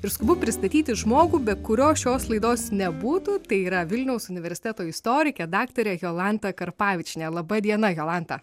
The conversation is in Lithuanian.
ir skubu pristatyti žmogų be kurio šios laidos nebūtų tai yra vilniaus universiteto istorikė daktarė jolanta karpavičienė laba diena jolanta